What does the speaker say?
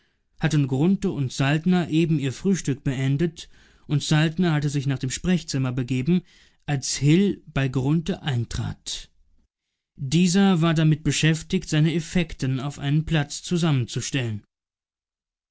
hatten grunthe und saltner eben ihr frühstück beendet und saltner hatte sich nach dem sprechzimmer begeben als hil bei grunthe eintrat dieser war damit beschäftigt seine effekten auf einen platz zusammenzustellen